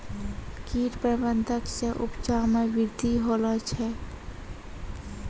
कीट प्रबंधक से उपजा मे वृद्धि होलो छै